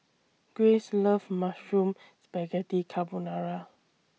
Grayce loves Mushroom Spaghetti Carbonara